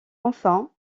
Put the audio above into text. enfin